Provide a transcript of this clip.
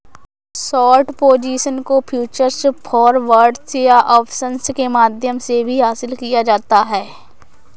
short position को futures, forwards या options के माध्यम से भी हासिल किया जाता है